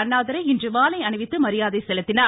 அண்ணாதுரை இன்று மாலை அணிவித்து மரியாதை செலுத்தினார்